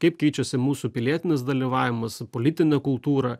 kaip keičiasi mūsų pilietinis dalyvavimas politinė kultūra